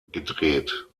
gedreht